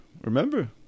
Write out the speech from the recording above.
remember